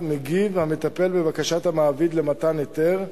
מגיב המטפל בבקשת המעביד למתן היתר,